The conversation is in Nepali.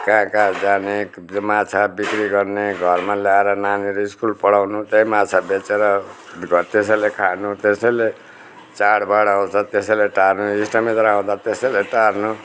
कहाँ कहाँ जाने माछा बिक्री गर्ने घरमा ल्याएर नानीहरू स्कुल पढाउनु त्यही माछा बेचेर घर त्यसैले खानु त्यसैले चाडबाड आउँछ त्यसैले टार्ने इष्टमित्र आउँदा त्यसैले टार्नु